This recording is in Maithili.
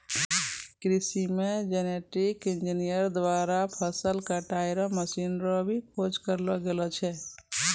कृषि मे जेनेटिक इंजीनियर द्वारा फसल कटाई रो मशीन रो भी खोज करलो गेलो छै